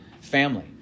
family